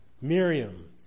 Miriam